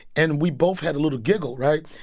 and we both had a little giggle, right?